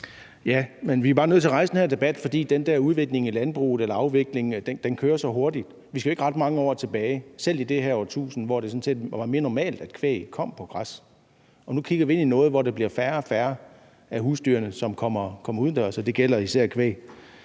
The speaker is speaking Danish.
(EL): Ja, men vi er bare nødt til at rejse den her debat, for den der udvikling – eller afvikling – af landbruget kører så hurtigt. Vi skal jo ikke ret mange år tilbage, selv i det her årtusinde, hvor det sådan set var mere normalt, at kvæg kom på græs. Nu kigger vi ind i noget, hvor det bliver færre og færre af husdyrene, som kommer udendørs, og det gælder især kvæg.